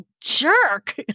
jerk